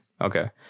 okay